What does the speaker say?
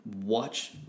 watch